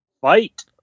Fight